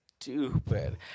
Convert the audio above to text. stupid